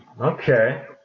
Okay